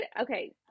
okay